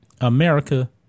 America